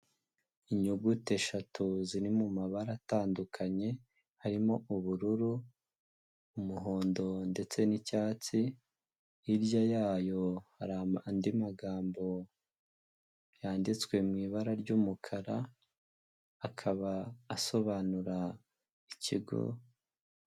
Inyuguti eshatu ziri mu mabara atandukanye, harimo ubururu, umuhondo, ndetse n'icyatsi, hirya yayo hari andi magambo yanditswe mu ibara ry'umukara akaba asobanura ikigo.